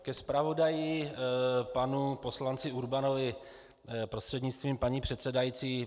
Ke zpravodaji panu poslanci Urbanovi prostřednictvím paní předsedající.